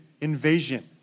invasion